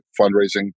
fundraising